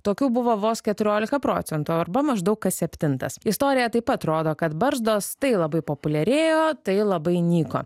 tokių buvo vos keturiolika procentų arba maždaug kas septintas istorija taip pat rodo kad barzdos tai labai populiarėjo tai labai nyko